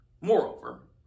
Moreover